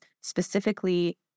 specifically